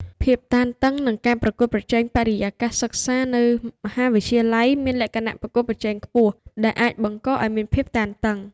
ភាពតានតឹង និងការប្រកួតប្រជែងបរិយាកាសសិក្សានៅមហាវិទ្យាល័យមានលក្ខណៈប្រកួតប្រជែងខ្ពស់ ដែលអាចបង្កឲ្យមានភាពតានតឹង។